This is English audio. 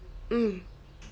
mm